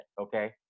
okay